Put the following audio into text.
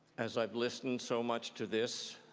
as i've listened so much to this,